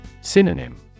Synonym